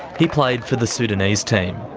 he played for the sudanese team.